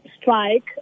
strike